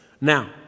Now